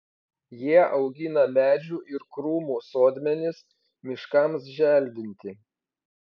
jie augina medžių ir krūmų sodmenis miškams želdinti